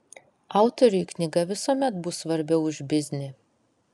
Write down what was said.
autoriui knyga visuomet bus svarbiau už biznį